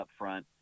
upfront